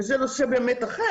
וזה נושא אחר,